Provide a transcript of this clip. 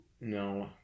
No